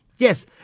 Yes